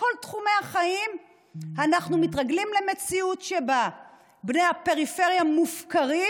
בכל תחומי החיים אנחנו מתרגלים למציאות שבה בני הפריפריה מופקרים: